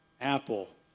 apple